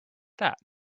that